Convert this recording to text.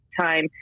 time